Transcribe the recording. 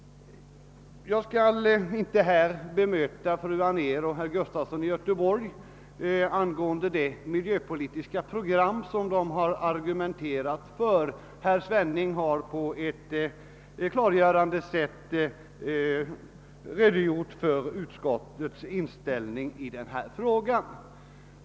Jag skall inte här bemöta de argument som fru Anér och herr Gustafson i Göteborg har anfört för sitt miljöpolitiska program. Herr Svenning har på ett klargörande sätt redogjort för utskottets inställning i den frågan.